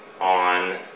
on